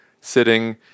sitting